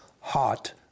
hot